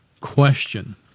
Question